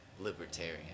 libertarian